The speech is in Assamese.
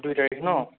দুই তাৰিখ ন